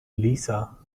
lisa